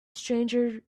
stranger